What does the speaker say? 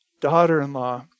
daughter-in-law